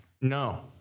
No